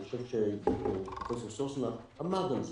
אני חושב שפרופ' סוסנה עמד על זה,